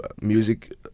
music